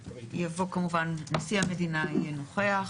נשיא המדינה יהיה נוכח,